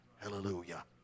Hallelujah